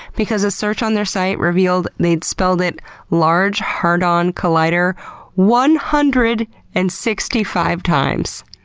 because a search on their site revealed they'd spelled it large hard-on collider one hundred and sixty five times!